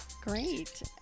Great